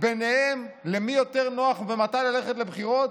ביניהם למי יותר נוח ומתי ללכת לבחירות,